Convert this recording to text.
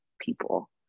people